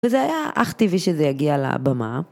וזה היה אך טבעי שזה יגיע לבמה.